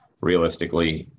realistically